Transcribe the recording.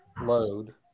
load